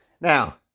Now